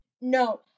No